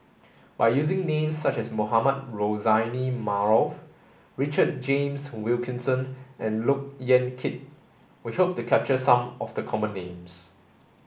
by using names such as Mohamed Rozani Maarof Richard James Wilkinson and Look Yan Kit we hope to capture some of the common names